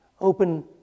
open